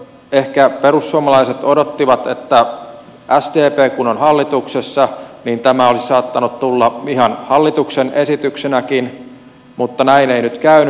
ehkä perussuomalaiset odottivat että sdp kun on hallituksessa niin tämä olisi saattanut tulla ihan hallituksen esityksenäkin mutta näin ei nyt käynyt